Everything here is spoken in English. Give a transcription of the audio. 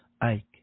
Ike